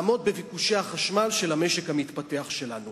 כבר היום לעמוד בביקושי החשמל של המשק המתפתח שלנו.